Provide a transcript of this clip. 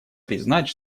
признать